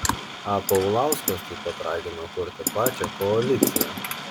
a paulauskas taip pat ragino kurti plačią koaliciją